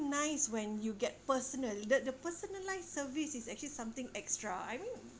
nice when you get personal the the personalised service is actually something extra I mean